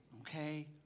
okay